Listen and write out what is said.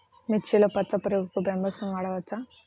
మిర్చిలో పచ్చ పురుగునకు బ్రహ్మాస్త్రం వాడవచ్చా?